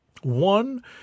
one